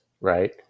right